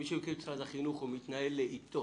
מי שמכיר את משרד החינוך יודע שהוא מתנהל לאיטו.